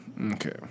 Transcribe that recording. Okay